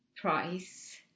price